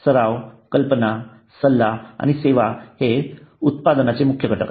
सराव कल्पना सल्ला आणि सेवा हे उत्पादनाचे मुख्य घटक आहेत